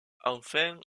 enfin